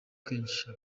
kenshi